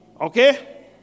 Okay